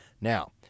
now